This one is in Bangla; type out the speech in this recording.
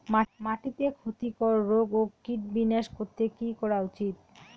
মাটিতে ক্ষতি কর রোগ ও কীট বিনাশ করতে কি করা উচিৎ?